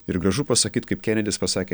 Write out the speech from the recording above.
ir gražu pasakyt kaip kenedis pasakė